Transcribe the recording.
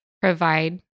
provide